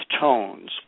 Tones